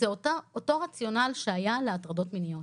זה אותו רציונל שהיה להטרדות מיניות,